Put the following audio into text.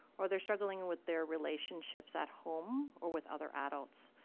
or they're struggling and with their relationships at home or with other adults.